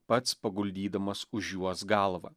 pats paguldydamas už juos galvą